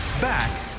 Back